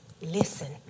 listen